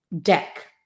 Deck